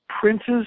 princes